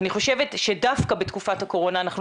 אני חושבת שדווקא בתקופת הקורונה אנחנו